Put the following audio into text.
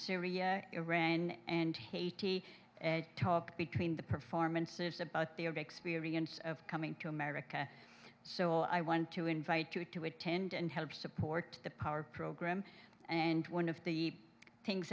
syria iran and haiti and talk between the performances about the experience of coming to america so i want to invite you to attend and help support the power program and one of the things